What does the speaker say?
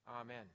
amen